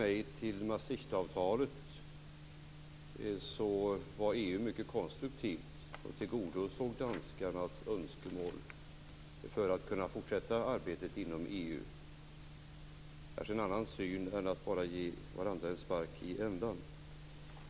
EU mycket konstruktivt och tillgodosåg danskarnas önskemål för att kunna fortsätta arbetet inom EU. Det är kanske en annan syn än detta med att bara ge varandra en spark i ändan.